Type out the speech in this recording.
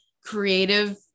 creative